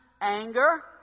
anger